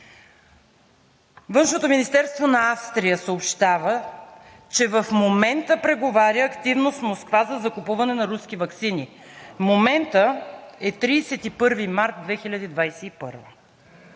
„Външното министерство на Австрия съобщава, че в момента преговаря активно с Москва за закупуване на руски ваксини“ – моментът е 31 март 2021